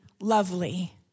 lovely